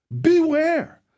Beware